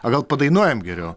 o gal padainuojam geriau